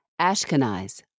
Ashkenaz